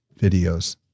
videos